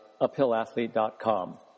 uphillathlete.com